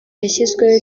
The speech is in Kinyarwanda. yashyizweho